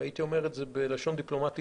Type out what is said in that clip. הייתי אומר את זה בלשון דיפלומטית.